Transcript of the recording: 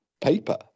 paper